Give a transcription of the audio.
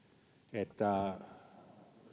että